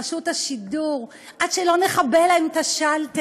רשות השידור: עד שלא נכבה להם את השלטר.